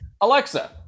Alexa